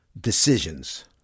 decisions